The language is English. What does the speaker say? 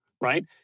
right